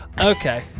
okay